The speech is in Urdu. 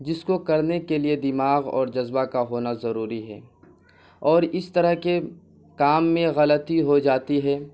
جس کو کرنے کے لیے دماغ اور جذبہ کا ہونا ضروری ہے اور اس طرح کے کام میں غلطی ہو جاتی ہے